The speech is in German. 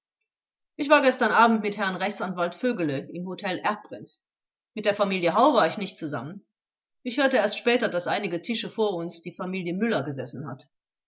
ich war gestern abend mit herrn rechtsanwalt vögele im hotel erbprinz mit der familie hau war ich nicht zusammen ich hörte erst später daß einige tische vor uns die familie müller gesessen hat